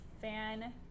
fan